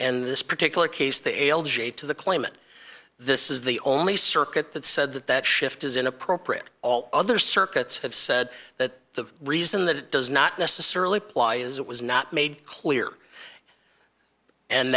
and this particular case the l j to the claimant this is the only circuit that said that that shift is inappropriate all other circuits have said that the reason that it does not necessarily apply is it was not made clear and